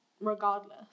regardless